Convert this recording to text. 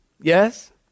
yes